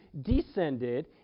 descended